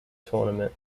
tournament